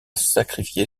sacrifié